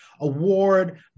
award